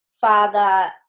father